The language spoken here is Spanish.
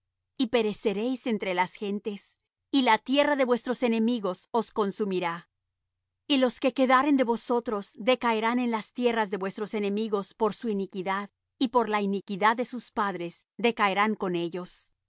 y pereceréis entre las gentes y la tierra de vuestros enemigos os consumirá y los que quedaren de vosotros decaerán en las tierras de vuestros enemigos por su iniquidad y por la iniquidad de sus padres decaerán con ellos